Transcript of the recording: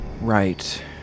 Right